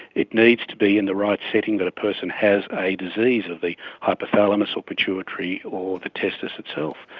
it needs to be in the right setting, that a person has a disease of the hypothalamus or pituitary or the testes itself.